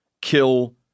kill